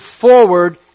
forward